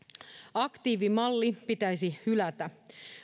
aktiivimalli pitäisi hylätä